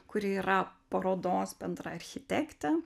kuri yra parodos bendra architektė